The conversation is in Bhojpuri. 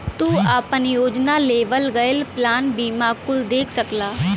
तू आपन योजना, लेवल गयल प्लान बीमा कुल देख सकला